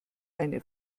eine